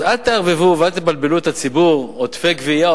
אז אל תערבבו ואל תבלבלו את הציבור עודפי גבייה,